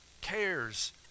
cares